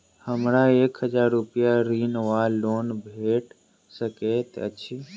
हमरा एक हजार रूपया ऋण वा लोन भेट सकैत अछि?